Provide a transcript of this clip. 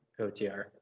otr